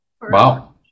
Wow